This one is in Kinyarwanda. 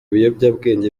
biyobyabwenge